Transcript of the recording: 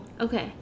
Okay